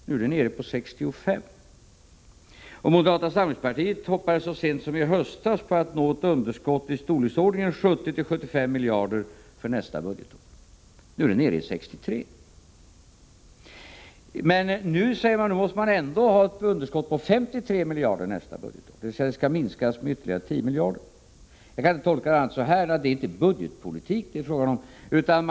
Nu är det nere på 63 miljarder! Moderata samlingspartiet hoppades så sent som i höstas på att nå ett underskott i storleksordningen 70-75 miljarder för nästa budgetår. Nu är det alltså nere i 63. Man säger f. n. att man under nästkommande budgetår skall ha ett underskott på 53 miljarder, dvs. underskottet skall minskas med ytterligare 10 miljarder. Jag kan inte tolka det på annat sätt än att det inte är fråga om budgetpolitik.